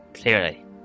clearly